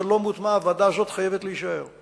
זה לא מוטמע, הוועדה הזאת חייבת להישאר.